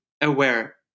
aware